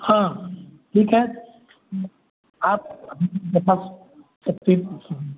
हाँ ठीक है आप के पास पूछ रहे हैं